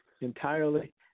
entirely